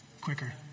Quicker